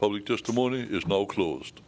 public testimony is no closed